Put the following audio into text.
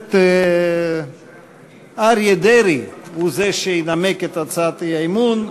הכנסת אריה דרעי הוא זה שינמק את הצעת האי-אמון,